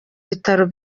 bitaro